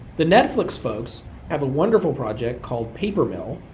the netflix folks have a wonderful project called paper mill,